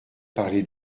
parlé